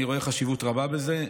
אני רואה חשיבות רבה בזה.